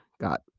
got